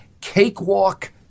cakewalk